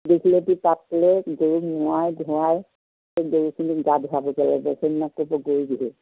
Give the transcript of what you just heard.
দীঘলতি পাত লৈ গৰুক নোৱাই ধুৱাই সেই গৰুকখিনি গা ধুৱাব গৈ গৰু বিহু